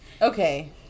Okay